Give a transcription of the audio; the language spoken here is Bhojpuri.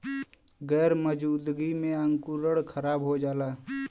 गैर मौजूदगी में अंकुरण खराब हो जाला